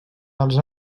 dels